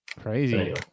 crazy